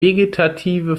vegetative